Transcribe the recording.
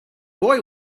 boy